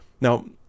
now